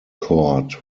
court